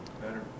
better